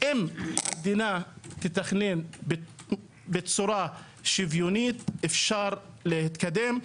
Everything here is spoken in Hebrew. אם המדינה תתכנן בצורה שוויונית, אפשר להתקדם.